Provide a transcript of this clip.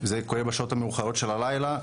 זה קורה בשעות המאוחרות של הלילה,